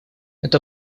это